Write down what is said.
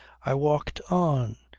i walked on.